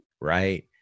right